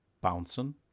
bouncing